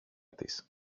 της